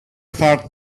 heart